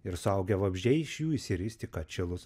ir suaugę vabzdžiai iš jų išsiris tik atšilus